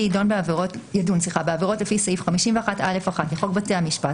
ידון בעבירות לפי סעיף 51(א)(1) לחוק בתי המשפט,